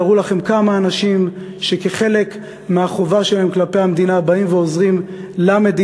תארו לכם כמה אנשים שכחלק מהחובה שלהם כלפי המדינה באים ועוזרים למדינה.